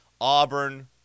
Auburn